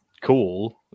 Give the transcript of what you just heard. cool